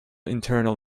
internal